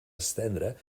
estendre